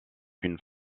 une